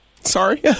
sorry